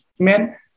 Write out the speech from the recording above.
Amen